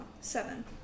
seven